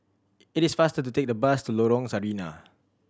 it is faster to take the bus to Lorong Sarina